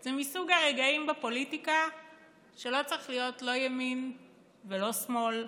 זה מסוג הרגעים בפוליטיקה שלא צריך להיות לא ימין ולא שמאל,